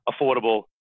affordable